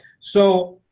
so,